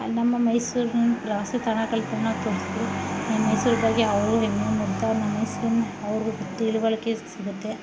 ನಮ್ಮ ಮೈಸೂರಿನ ಪ್ರವಾಸಿ ತಾಣಗಳು ಮೈಸೂರ್ದಾಗೆ ಅವರು ಅವ್ರಿಗೆ ತಿಳುವಳಿಕೆ ಸಿಗುತ್ತೆ